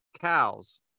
Cows